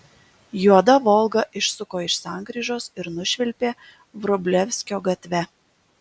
juoda volga išsuko iš sankryžos ir nušvilpė vrublevskio gatve